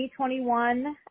2021